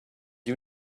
you